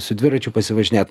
su dviračiu pasivažinėt